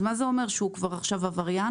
זה אומר שהוא כבר עכשיו עבריין?